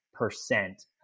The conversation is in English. percent